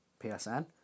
PSN